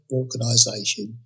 organisation